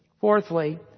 Fourthly